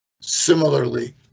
Similarly